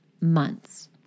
months